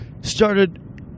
started